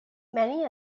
many